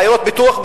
בעיירות פיתוח,